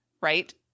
Right